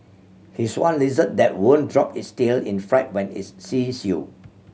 here's one lizard that won't drop its tail in fright when it sees you